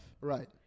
Right